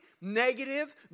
negative